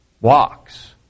walks